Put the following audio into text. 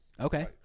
Okay